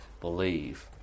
believe